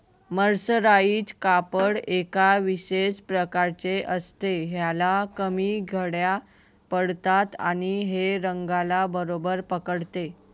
mercerise कापड एका विशेष प्रकारचे असते, ह्याला कमी घड्या पडतात आणि हे रंगाला बरोबर पकडते